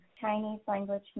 Chinese-language